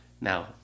Now